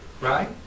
Right